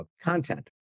content